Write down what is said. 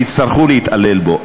יצטרכו להתעלל בו.